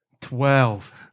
twelve